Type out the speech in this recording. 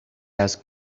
ask